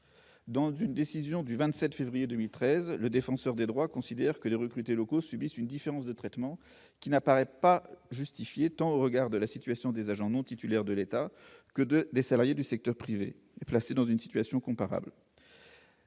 Dans une décision du 27 février 2013, le Défenseur des droits considère que les recrutés locaux « subissent une différence de traitement qui n'apparaît pas justifiée tant au regard de la situation des agents non titulaires de l'État, que de celle des salariés du secteur privé placés dans une situation comparable